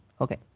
Okay